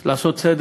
אז לעשות סדר,